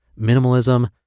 minimalism